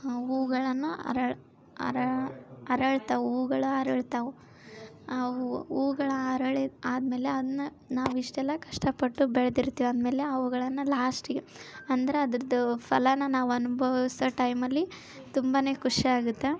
ಹೂಗಳನ್ನು ಅರಳು ಅರ ಅರಳ್ತಾವೆ ಹೂವುಗಳು ಅರಳ್ತಾವು ಆ ಹೂವುಗಳು ಅರಳಿ ಆದಮೇಲೆ ಅದನ್ನು ನಾವು ಇಷ್ಟೆಲ್ಲ ಕಷ್ಟಪಟ್ಟು ಬೆಳೆದಿರ್ತೀವ್ ಅಂದಮೇಲೆ ಅವುಗಳನ್ನು ಲಾಸ್ಟಿಗೆ ಅಂದ್ರೆ ಅದ್ರದ್ದು ಫಲಾನ ನಾವು ಅನುಭವಿಸೋ ಟೈಮಲ್ಲಿ ತುಂಬ ಖುಷಿಯಾಗುತ್ತೆ